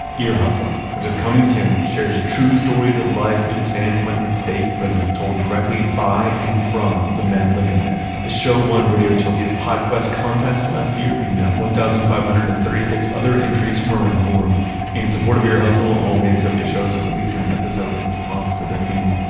ear hustle, which is coming soon, shares true stories of life in san quentin state prison told directly by and from the men living there. the show won radiotopia's podquest contest last year, beating out one thousand five hundred and thirty six other entries from around the world. in support of ear hustle, all radiotopia shows are releasing an episode in response to the theme,